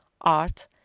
art